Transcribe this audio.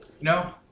No